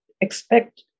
expect